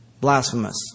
Blasphemous